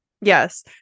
Yes